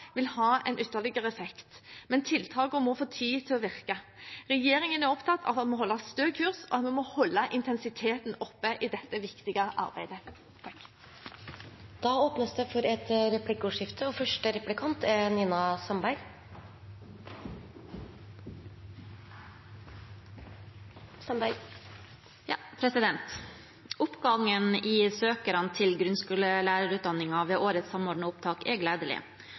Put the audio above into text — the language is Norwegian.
vil ha en ytterligere effekt, men tiltakene må få tid til å virke. Regjeringen er opptatt av at vi må holde stø kurs, og at vi må holde intensiteten oppe i dette viktige arbeidet. Det blir replikkordskifte. Økningen i antall søkere til grunnskolelærerutdanningen ved årets Samordna opptak er gledelig, men vi må ikke glemme at utviklingen må forstås i